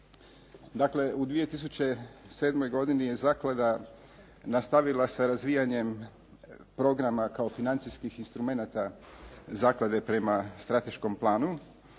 Dakle, u 2007. godini je zaklada nastavila sa razvijanjem programa kao financijskih instrumenata zaklade prema strateškom planu